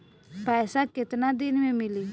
पैसा केतना दिन में मिली?